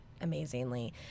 amazingly